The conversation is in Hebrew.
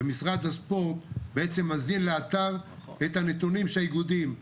ומשרד הספורט בעצם מזין לאתר את הנתונים של האיגודים.